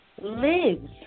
lives